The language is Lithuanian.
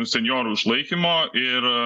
senjorų išlaikymo ir